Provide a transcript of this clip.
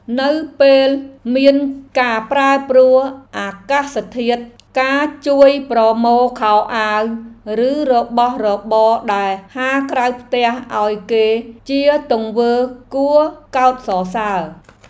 នៅពេលមានការប្រែប្រួលអាកាសធាតុ ការជួយប្រមូលខោអាវឬរបស់របរដែលហាលក្រៅផ្ទះឱ្យគេជាទង្វើគួរកោតសរសើរ។